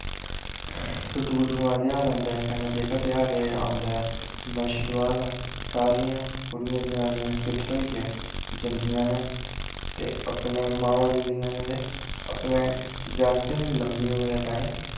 सुट्टु बुट्टुएं ध्यार आंदा कन्नै एह्का त्याह्र औंदा ऐ बच्छ दुआह् दा सारियां कुड़ियां जनानियां किट्ठे होइयै जंदियां नै ते अपनै मांमां जंदियां न ते अपनै जागतें दी लम्मी उमरै ताईं